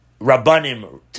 Rabbanim